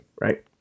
right